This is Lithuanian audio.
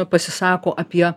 pasisako apie